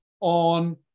on